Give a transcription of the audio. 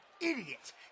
idiot